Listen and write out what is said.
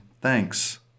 thanks